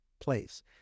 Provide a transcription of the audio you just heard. place